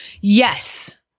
yes